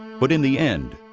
but in the end,